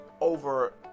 over